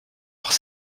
leurs